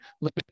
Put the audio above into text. look